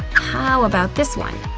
how about this one?